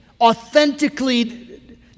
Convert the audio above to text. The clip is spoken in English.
authentically